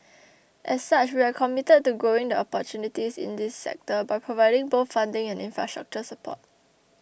as such we are committed to growing the opportunities in this sector by providing both funding and infrastructure support